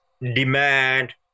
demand